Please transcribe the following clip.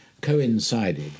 coincided